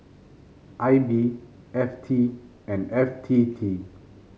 I B F T and F T T